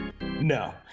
No